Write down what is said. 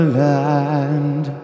land